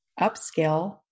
upscale